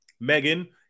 megan